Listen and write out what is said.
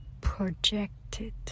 projected